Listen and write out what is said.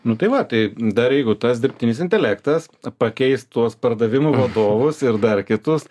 nu tai va tai dar jeigu tas dirbtinis intelektas pakeis tuos pardavimų vadovus ir dar kitus